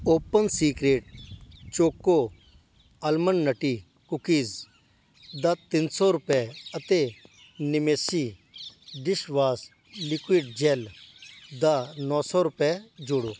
open secret choco almond nutty cookies ਦਾ ਤਿੰਨ ਸੌ ਰੁਪਏ ਅਤੇ ਨਿਮੇਸੀ ਡਿਸ਼ਵਾਸ਼ ਲਿਕੁਇਡ ਜੈੱਲ ਦਾ ਨੌ ਸੌ ਰੁਪਏ ਜੋੜੋ